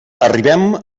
arribem